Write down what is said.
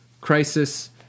crisis